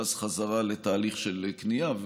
ואז חזרה לתהליך של קנייה.